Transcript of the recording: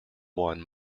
won